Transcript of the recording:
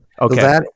Okay